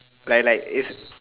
like like it's